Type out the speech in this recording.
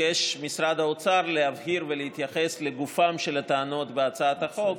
ביקש משרד האוצר להבהיר ולהתייחס לגופן של הטענות בהצעת החוק,